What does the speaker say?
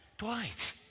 twice